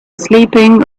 sleeping